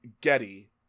Getty